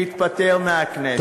להתפטר מהכנסת.